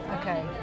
Okay